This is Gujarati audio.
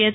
એચ